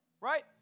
right